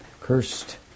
cursed